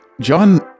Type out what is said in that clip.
John